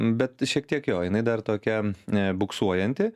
bet šiek tiek jo jinai dar tokia buksuojanti